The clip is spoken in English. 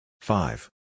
Five